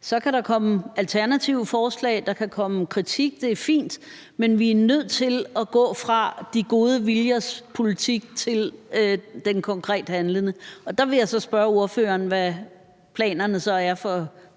Så kan der komme alternative forslag, og der kan komme kritik, det er fint, men vi er nødt til at gå fra de gode viljers politik til den konkret handlende. Der vil jeg så spørge ordføreren, hvad planerne er